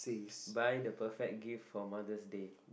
buy the perfect gift for Mother's Day